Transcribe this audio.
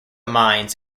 mines